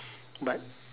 but